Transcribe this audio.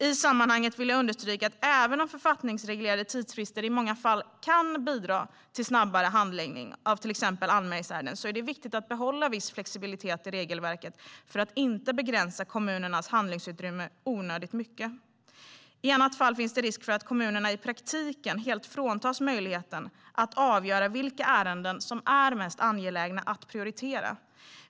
I sammanhanget vill jag understryka att även om författningsreglerade tidsfrister i många fall kan bidra till snabbare handläggning av till exempel anmälningsärenden är det viktigt att behålla viss flexibilitet i regelverket för att inte begränsa kommunernas handlingsutrymme onödigt mycket. I annat fall finns det risk för att kommunerna i praktiken helt fråntas möjligheten att själva avgöra vilka ärenden som är mest angelägna att prioritera.